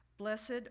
Blessed